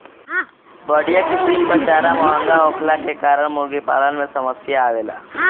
बढ़िया किसिम कअ चारा महंगा होखला के कारण मुर्गीपालन में समस्या आवेला